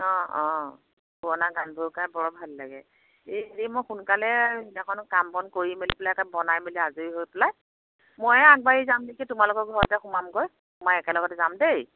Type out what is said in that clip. অঁ অঁ পুৰণা গানবোৰ গায় বৰ ভাল লাগে এই হেৰি মই সোনকালে সেইদিনাখন কাম বন কৰি মেলি পেলাই বনাই মেলি আজৰি হৈ পেলাই ময়ে আগবাঢ়ি যাম নেকি তোমালোকৰ ঘৰতে সোমামগৈ সোমাই একেলগতে যাম দেই